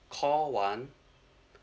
call one